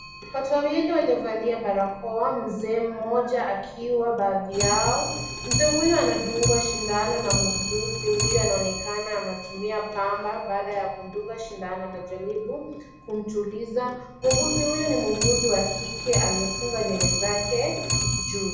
Watu wawili waliovalia barakoa, mzee mmoja akiwa baadhi yao, mzee huyu anadungwa sindano na muuguzi huyu anaonekana anatumia pamba baada ya kumdunga sindano, anajaribu kumtuliza. Muuguzi huyu ni muuguzi wa kike aliyefunga nywele zake juu.